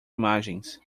imagens